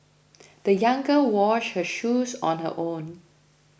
the young girl washed her shoes on her own